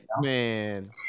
man